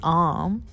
arm